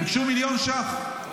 ביקשו מיליון שקלים.